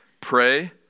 Pray